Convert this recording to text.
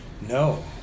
No